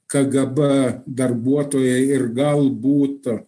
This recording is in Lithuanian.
kgb darbuotojai ir gal būta